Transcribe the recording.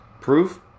proof